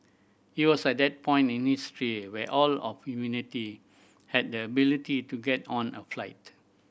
it was at that point in history where all of humanity had the ability to get on a flight